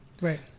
Right